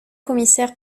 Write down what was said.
commissaire